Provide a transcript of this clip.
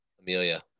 Amelia